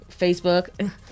Facebook